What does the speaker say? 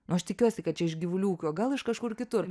nu aš tikiuosi kad čia iš gyvulių ūkio o gal iš kažkur kitur